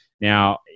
Now